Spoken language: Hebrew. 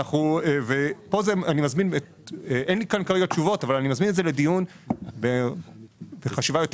ואני מזמין להעלות את הנושא לדיון ולחשיבה יותר